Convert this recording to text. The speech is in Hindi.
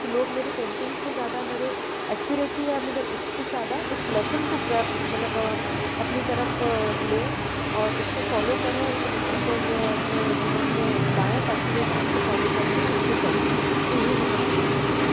कि लोग मेरी पेंटिंग से ज्यादा मेरे एक्यूरेसी या मेरे उससे ज्यादा उस लेसन को ग्रैब मतलब अपनी तरफ लें और उसको फॉलो करें उसको दिमाग और अपने जीवन में लाएँ ताकि वो उस चीज को फॉलो करके उस पर चल पाएँ तो यही मेरा उद्देश्य रहता है